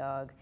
dog